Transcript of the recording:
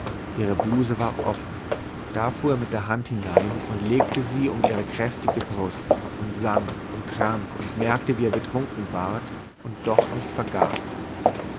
ihre bluse war offen da fuhr er mit seiner hand hinein und legte sie um ihre kräftige brust und sang und trank und merkte wie er betrunken ward und doch nicht vergaß